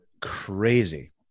crazy